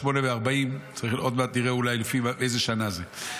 אז שמונה וארבעים, עוד מעט נראה באיזה שנה זה.